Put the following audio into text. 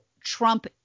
Trump